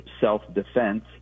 self-defense